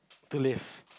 to live